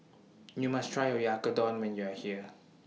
YOU must Try Oyakodon when YOU Are here